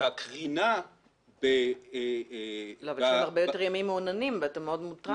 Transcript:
זה קשור יותר לימים מעוננים.